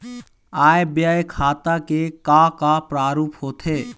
आय व्यय खाता के का का प्रारूप होथे?